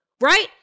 right